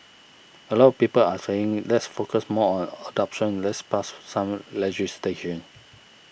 a lot of people are saying let's focus more on adoption let's pass some legislation